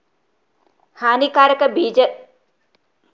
ಹಾನಿಕಾರಕ ಜೀವಿಗಳನ್ನು ಎದುರಿಸಿ ಬೆಳೆಯುವ ಬೆಂಡೆ ಬೀಜ ತಳಿ ಯಾವ್ದು?